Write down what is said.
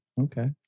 Okay